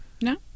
no